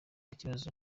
kibazo